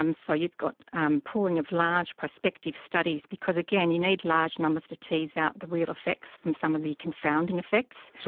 um so you've got um pooling of large prospective studies, because again, you need large numbers to tease out the real effects from some of the confounding effects. so